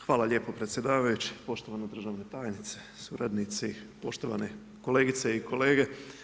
Hvala lijepo predsjedavajući, poštovana državna tajnice, suradnici, poštovane kolegice i kolege.